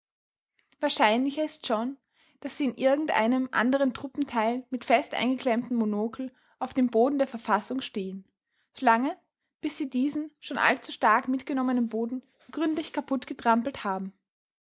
wahrscheinlicher ist schon daß sie in irgend einem anderen truppenteil mit festeingeklemmten monokel auf dem boden der verfassung stehen solange bis sie diesen schon allzu stark mitgenommenen boden gründlich kaputt getrampelt haben